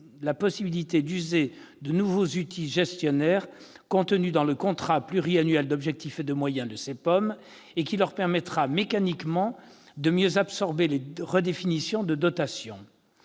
la possibilité d'user de nouveaux outils gestionnaires contenus dans le contrat pluriannuel d'objectifs et de moyens, le CPOM, et qui leur permettra mécaniquement de mieux absorber les redéfinitions de dotations.